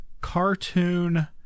cartoon